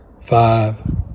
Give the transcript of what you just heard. five